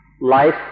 Life